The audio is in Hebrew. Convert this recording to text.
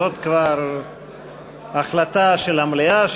זאת כבר החלטה של המליאה,